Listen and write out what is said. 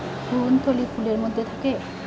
ভ্রূণথলি ফুলের মধ্যে থাকে